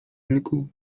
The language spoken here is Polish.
rynku